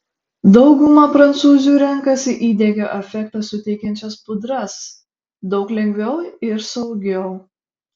dauguma prancūzių renkasi įdegio efektą suteikiančias pudras daug lengviau ir saugiau